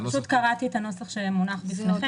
אני פשוט קראתי את הנוסח שמונח בפניכם.